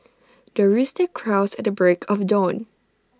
the rooster crows at the break of dawn